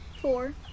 Four